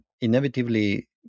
inevitably